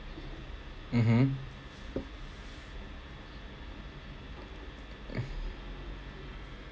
mmhmm